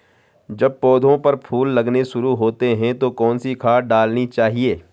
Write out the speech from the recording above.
जब पौधें पर फूल लगने शुरू होते हैं तो कौन सी खाद डालनी चाहिए?